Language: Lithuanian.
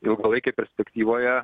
ilgalaikėj perspektyvoje